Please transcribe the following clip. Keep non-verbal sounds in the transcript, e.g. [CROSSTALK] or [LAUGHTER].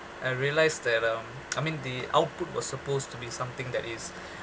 I realised that um [NOISE] I mean the output was supposed to be something that is